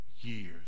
years